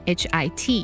hit